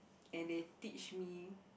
and they teach me